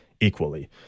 equally